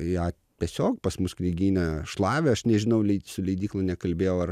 ją tiesiog pas mus knygyne šlavė aš nežinau lei su leidykla nekalbėjau ar